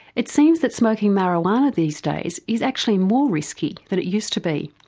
it seems that smoking marijuana these days is actually more risky than it used to be.